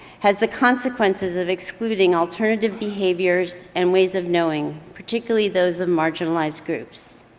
has the consequences of excluding alternative behaviors and ways of knowing, particularly those of marginalized groups.